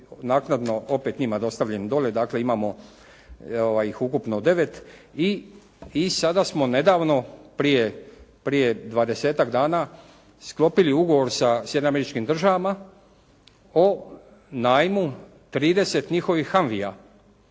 naknadno opet njima dostavljeni dolje, dakle imamo ih ukupno devet i sada smo nedavno prije 20-tak dana sklopili ugovor sa Sjedinjenim Američkim Državama o najmu 30 njihovih "hanvija"